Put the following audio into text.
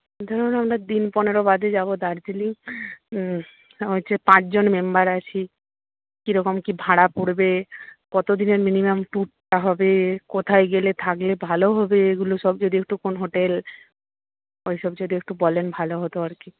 ধরুন আমরা দিন পনেরো বাদে যাব দার্জিলিং হচ্ছে পাঁচজন মেম্বার আছি কীরকম কী ভাড়া পড়বে কত দিনের মিনিমাম ট্যুরটা হবে কোথায় গেলে থাকলে ভালো হবে এগুলো সব যদি একটু কোন হোটেল ওই সব যদি একটু বলেন ভালো হত আর কি